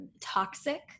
toxic